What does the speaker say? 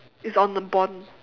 it's on a bond